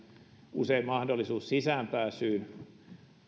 usein mahdollisuus sisäänpääsyyn